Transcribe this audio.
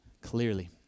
clearly